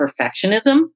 perfectionism